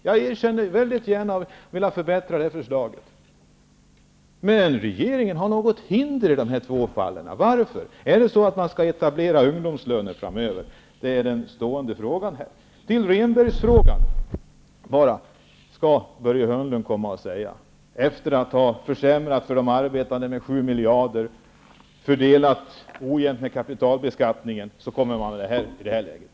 Jag erkänner mycket gärna att jag har velat förbättra det här förslaget. Men regeringen ser något hinder i de här två fallen. Varför? Skall man etablera ungdomslöner framöver? Det är den stående frågan här. När det gäller Rehnbergsfrågan vill jag bara säga att efter att ha försämrat för de arbetande med 7 miljarder, efter att ha fördelat ojämnt med kapitalbeskattningen, kommer man med detta i det här läget.